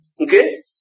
Okay